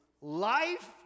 life